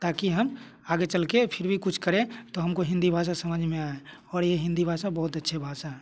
ताकि आगे चल के फिर भी कुछ करें तो हमको हिंदी भाषा समझ में आए और ये हिंदी भाषा बहुत अच्छे भाषा है